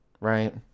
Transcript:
right